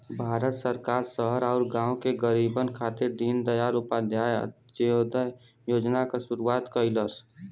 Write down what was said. भारत सरकार शहर आउर गाँव के गरीबन खातिर दीनदयाल उपाध्याय अंत्योदय योजना क शुरूआत कइलस